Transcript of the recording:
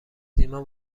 سیمان